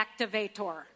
activator